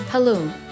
Hello